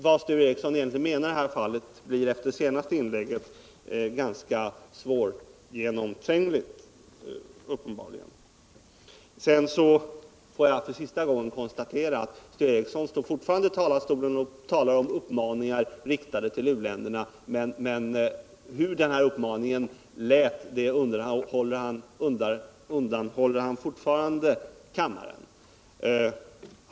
Vad Sture Ericson menar i det fallet är efter hans senaste inlägg ganska svårgenomträngligt. Till sist vill jag konstatera att Sture Ericson fortfarande talar om uppmaningar riktade till u-länderna. Men hur de uppmaningarna lät undanhåller han fortfarande kammaren.